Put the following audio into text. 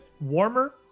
warmer